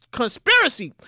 conspiracy